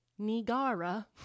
Nigara